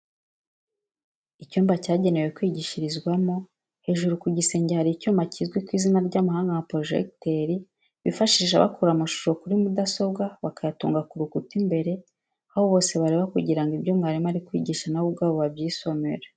Icyumba cyagenewe kwigishirizwamo. Hejuru ku gisenge hari icyuma kizwi ku izina ry'amahanga nka porojegiteri bifashisha bakura amashusho kuri mudasobwa bakayatunga ku rukuta imbere, aho bose bareba kugira ngo ibyo mwarimu ari kwigisha na bo ubwabo babyisomere.